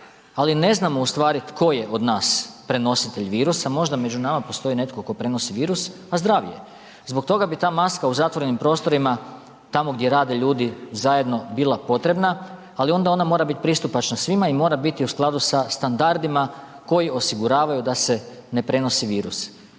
ali ne znamo u stvari tko je od nas prenositelj virusa, možda među nama postoji netko ko prenosi virus, a zdrav je. Zbog toga bi ta maska u zatvorenim prostorima tamo gdje rade ljudi zajedno bila potrebna, ali onda ona mora bit pristupačna svima i mora biti u skladu sa standardima koji osiguravaju da se ne prenosi virus.